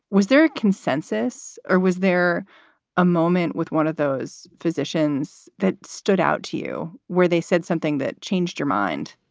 was there a consensus or was there a moment with one of those physicians that stood out to you where they said something that changed your mind?